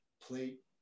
plate